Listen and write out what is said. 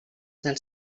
dels